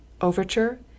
Overture